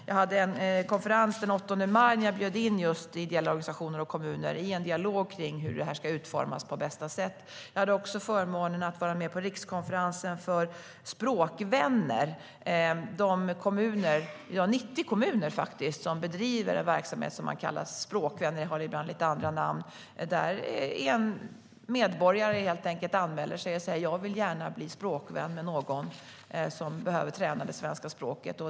Jag anordnade en konferens den 8 maj, då jag bjöd in ideella organisationer och kommuner för en dialog om hur detta ska utformas på bästa sätt. Jag hade också förmånen att vara med på rikskonferensen för språkvänner. Det är 90 kommuner som bedriver en verksamhet som man kallar språkvänner. Ibland finns det andra namn på detta. Det handlar helt enkelt om att en medborgare anmäler sig och säger: Jag vill gärna bli språkvän med någon som behöver träna det svenska språket.